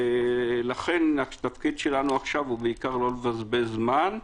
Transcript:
לכן התפקיד שלנו עכשיו הוא בעיקר לא לבזבז זמן.